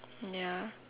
ya